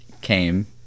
came